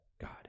God